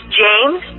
james